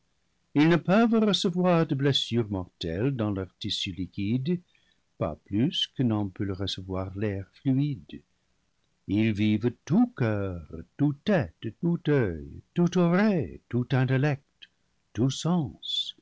ils ne peuvent recevoir de blessure mortelle dans leur tissu liquide pas plus que n'en peut recevoir l'air fluide ils vivent tout coeur tout tête tout oeil tout oreille tout intellect tout sens